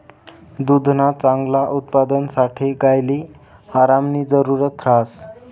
दुधना चांगला उत्पादनसाठे गायले आरामनी जरुरत ह्रास